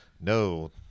no